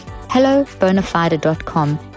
HelloBonafide.com